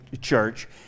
Church